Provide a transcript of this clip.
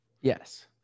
Yes